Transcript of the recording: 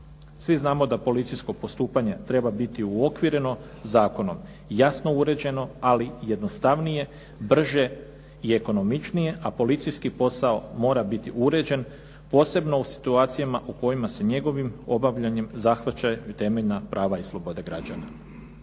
Svi znamo da policijsko postupanje treba biti uokvireno zakonom, jasno uređeno ali jednostavnije, brže i ekonomičnije a policijski posao mora biti uređen posebno u situacijama u kojima se njegovim obavljanjem zahvaća u temeljna prava i slobode građana.